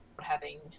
having-